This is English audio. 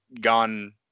gone